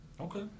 Okay